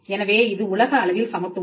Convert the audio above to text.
எனவே இது உலக அளவில் சமத்துவம்